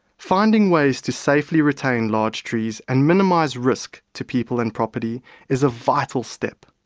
finding ways to safely retain large trees and minimise risk to people and property is a vital step.